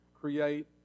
create